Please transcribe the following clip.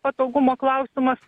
patogumo klausimas